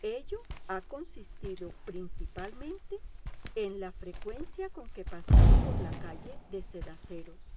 ello ha consistido principalmente en la frecuencia con que pasaba por la calle de cedaceros